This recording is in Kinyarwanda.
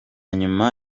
nyuma